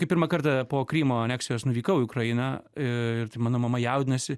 kai pirmą kartą po krymo aneksijos nuvykau į ukrainą ir taip mano mama jaudinasi